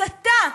הסתה,